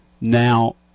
Now